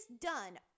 done